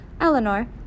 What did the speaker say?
Eleanor